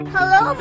Hello